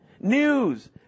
News